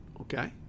Okay